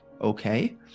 okay